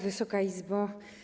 Wysoka Izbo!